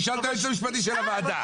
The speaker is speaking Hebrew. תשאל את היועץ המשפטי של הוועדה.